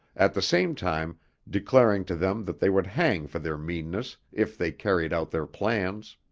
at the same time declaring to them that they would hang for their meanness if they carried out their plans.